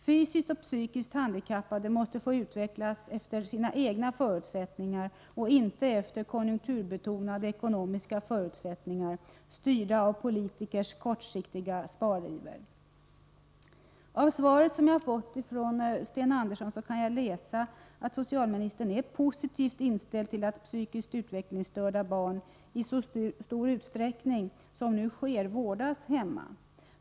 Fysiskt och psykiskt handikappade måste få utvecklas efter sina egna förutsättningar och inte efter konjunkturbetonade ekonomiska förutsättningar, styrda av politikers kortsiktiga spariver. Av socialministerns svar kan jag utläsa att socialministern är positivt inställd till att psykiskt utvecklingsstörda barn nu i så stor utsträckning vårdas hemma.